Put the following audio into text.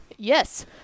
Yes